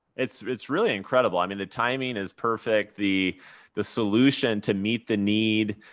it's it's really incredible. i mean, the timing is perfect. the the solution to meet the need.